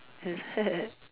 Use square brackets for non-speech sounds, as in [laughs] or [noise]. is it [laughs]